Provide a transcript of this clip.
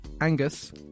Angus